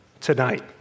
tonight